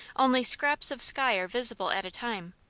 only scraps of sky are visible at a time,